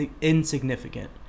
insignificant